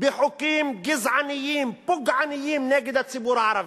בחוקים גזעניים, פוגעניים, נגד הציבור הערבי.